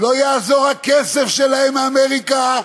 לא יעזור הכסף שלהם מאמריקה,